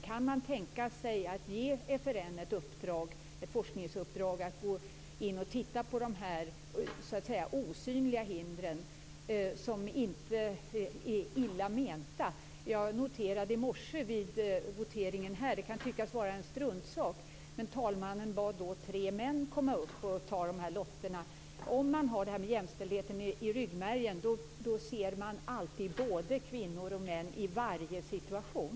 Kan man tänka sig att ge FRN ett forskningsuppdrag som gäller att titta på de osynliga hinder som inte är illa menade? Jag noterade i morse vid voteringen - det kan tyckas vara en struntsak - att talmannen bad tre män att komma fram vid lottdragningen. Om man har jämställdheten i ryggmärgen ser man alltid både kvinnor och män i varje situation.